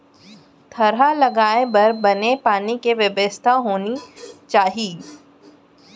थरहा लगाए बर बने पानी के बेवस्था होनी चाही